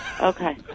Okay